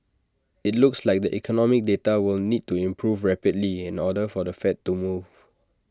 IT looks like the economic data will need to improve rapidly in order for the fed to move